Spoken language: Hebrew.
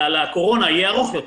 לקורונה יהיה ארוך יותר.